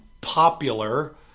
popular